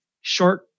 short